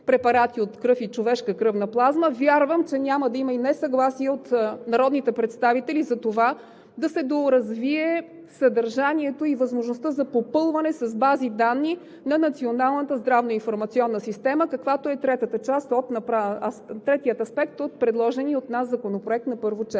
препарати от кръв и човешка кръвна плазма. Вярвам, че няма да има и несъгласие от народните представители за това да се доразвие съдържанието и възможността за попълване с бази данни на Националната здравно-информационна система, какъвто е третият аспект от предложения от нас законопроект на първо